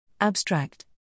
Abstract